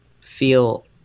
feel